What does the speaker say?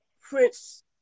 Prince